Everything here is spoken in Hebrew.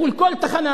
מול כל תחנה,